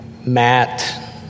Matt